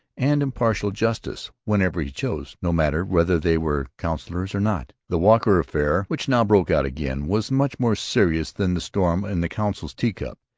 and impartial justice' whenever he chose, no matter whether they were councillors or not. the walker affair, which now broke out again, was much more serious than the storm in the council's teacup.